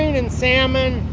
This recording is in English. and salmon,